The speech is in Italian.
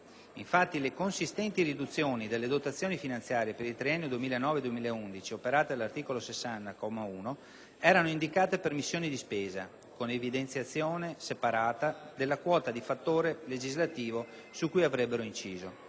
Infatti, le consistenti riduzioni delle dotazioni finanziarie per il triennio 2009-2011 operate dall'articolo 60, comma 1, erano indicate per missioni di spesa (con evidenziazione separata della quota di fattore legislativo su cui avrebbero inciso),